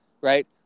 right